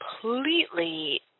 completely